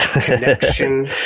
connection